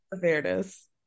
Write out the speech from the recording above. fairness